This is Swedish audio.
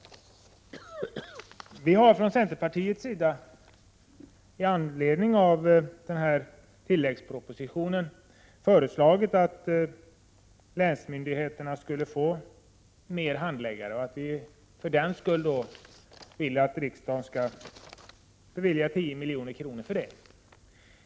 Vi har från centerpartiets sida i anledning av denna tilläggsproposition föreslagit att länsmyndigheterna skall få fler handläggare och att riksdagen skall bevilja 10 milj.kr. för det.